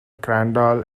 crandall